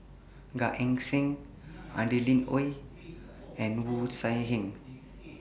Gan Eng Seng Adeline Ooi and Wu Tsai Yen